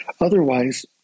otherwise